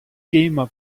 gamer